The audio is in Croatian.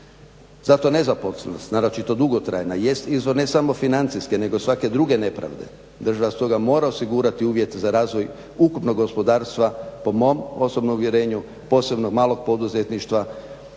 Zato nezaposlenost, naročito dugotrajna, jest i to ne samo financijske nego svake druge nepravde, država stoga mora osigurati uvjete za razvoj ukupnog gospodarstva po mom osobnom uvjerenju, posebno malog poduzetništva